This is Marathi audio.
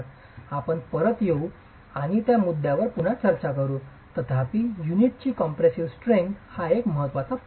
आपण परत येऊ आणि त्या मुद्यावर पुन्हा चर्चा करू तथापि युनिटची कॉम्प्रेसीव स्ट्रेंग्थ एक महत्वाचा पैलू आहे